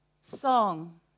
Song